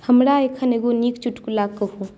हमरा एखन एगो नीक चुटकुला कहू